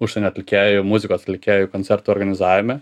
užsienio atlikėjų muzikos atlikėjų koncertų organizavime